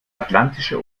atlantische